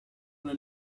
una